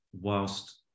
whilst